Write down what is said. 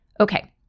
Okay